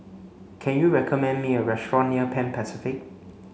can you recommend me a restaurant near Pan Pacific